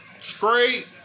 Straight